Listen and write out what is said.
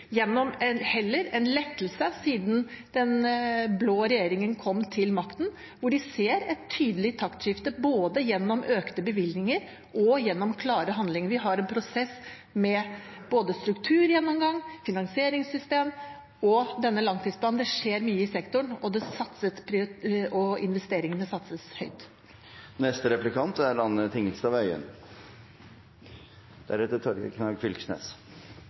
gjennom heller en lettelse siden den blå regjeringen kom til makten, hvor en ser et tydelig taktskifte, både gjennom økte bevilgninger og gjennom klare handlinger. Vi har en prosess med både strukturgjennomgang, finansieringssystem og denne langtidsplanen. Det skjer mye i sektoren, og det satses høyt på investeringer. Jeg tror sektoren er